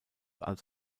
als